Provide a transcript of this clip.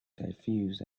diffuse